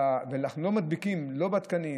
אנחנו לא מדביקים את הצורך הגדול לא בתקנים,